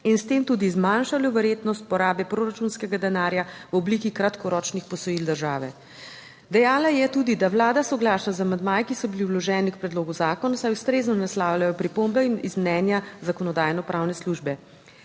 in s tem tudi zmanjšali verjetnost porabe proračunskega denarja v obliki kratkoročnih posojil države. Dejala je tudi, da Vlada soglaša z amandmaji, ki so bili vloženi k predlogu zakona, saj ustrezno naslavljajo pripombe iz mnenja Zakonodajno-pravne službe.